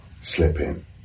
slipping